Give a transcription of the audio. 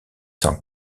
cent